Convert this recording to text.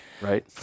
right